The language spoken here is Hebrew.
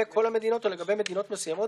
המוסדות הלא-מתוקצבים,